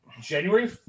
January